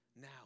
now